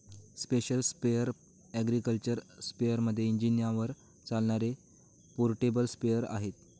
special sprayer agriculture स्पेअरमध्ये इंजिनावर चालणारे पोर्टेबल स्प्रेअर आहे